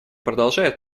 продолжает